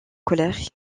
colère